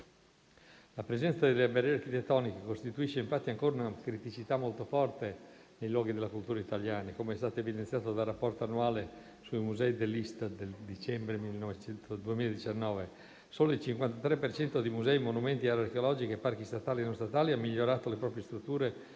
La presenza delle barriere architettoniche costituisce infatti ancora una criticità molto forte nei luoghi della cultura italiana, come è stato evidenziato dal rapporto annuale sui musei dell'Istat del dicembre 2019. Solo il 53 per cento di musei, monumenti, aree archeologiche e parchi statali e non statali ha migliorato le proprie strutture,